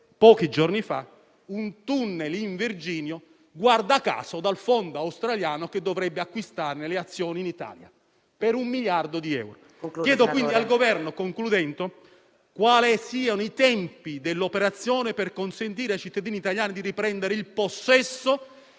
pochi giorni fa, un tunnel in Virginia, guarda caso dal fondo australiano che dovrebbe acquistare le azioni in Italia, per un miliardo di euro. Chiedo quindi al Governo quali sono i tempi dell'operazione per consentire ai cittadini italiani di riprendere il possesso